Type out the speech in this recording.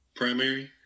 primary